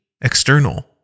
external